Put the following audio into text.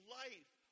life